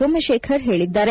ಸೋಮಶೇಖರ್ ಹೇಳಿದ್ದಾರೆ